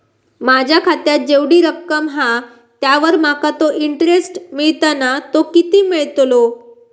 माझ्या खात्यात जेवढी रक्कम हा त्यावर माका तो इंटरेस्ट मिळता ना तो किती मिळतलो?